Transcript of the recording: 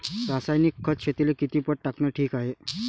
रासायनिक खत शेतीले किती पट टाकनं ठीक हाये?